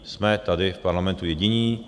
Jsme tady v parlamentu jediní.